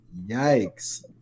Yikes